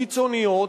קיצוניות,